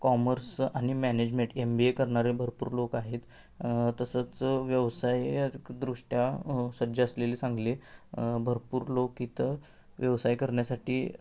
commerce आणि management M B A करणारे भरपूर लोक आहेत तसंच व्यवसायिकदृष्ट्या सज्ज असलेले सांगली भरपूर लोक इथं व्यवसाय करण्यासाठी